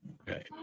Okay